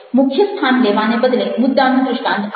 મુખ્ય સ્થાન લેવાને બદલે મુદ્દાનું દ્રષ્ટાન્ત આપો